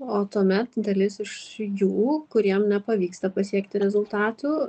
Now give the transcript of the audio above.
o tuomet dalis iš jų kuriem nepavyksta pasiekti rezultatų